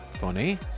Funny